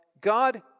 God